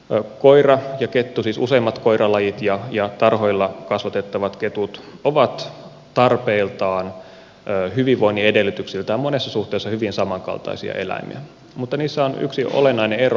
koira ja kettu siis useimmat koiralajit ja tarhoilla kasvatettavat ketut ovat tarpeiltaan hyvinvoinnin edellytyksiltään monessa suhteessa hyvin samankaltaisia eläimiä mutta niissä on yksi olennainen ero